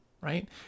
right